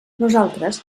nosaltres